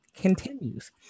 continues